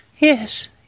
Yes